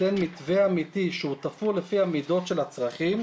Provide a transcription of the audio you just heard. וייתן מתווה אמיתי שהוא תפור לפי המידות של הצרכים,